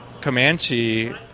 Comanche